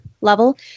level